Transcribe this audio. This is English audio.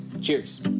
Cheers